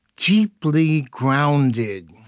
deeply grounded